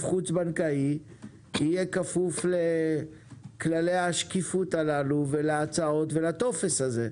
חוץ בנקאי יהיה כפוף לכללי השקיפות הללו ולהצעות ולטופס הזה?